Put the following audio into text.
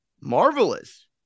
Marvelous